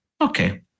Okay